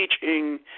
teaching